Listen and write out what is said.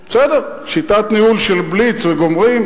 בסדר, שיטת ניהול של בליץ וגומרים.